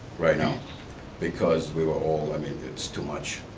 right now because we were all, i mean it's too much.